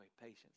patience